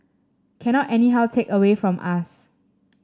cannot anyhow take away from us